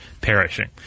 perishing